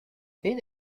did